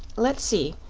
let's see.